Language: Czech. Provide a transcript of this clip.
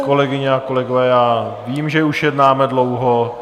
Kolegyně a kolegové, vím, že už jednáme dlouho.